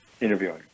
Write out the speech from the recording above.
interviewing